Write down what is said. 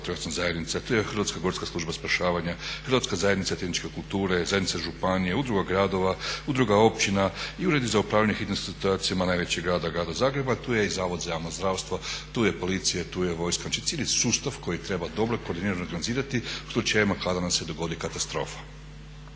vatrogasna zajednica, tu je Hrvatska gorska služba spašavanja, Hrvatska zajednica tehničke kulture, zajednica županija, udruga gradova, udruga općina i Ured za upravljanje hitnim situacijama najvećeg grada, grada Zagreba. Tu je i Zavod za javno zdravstvo, tu je policija, tu je vojska, znači cijeli sustav koji treba dobro i koordinirano organizirati u slučajevima kada nam se dogodi katastrofa.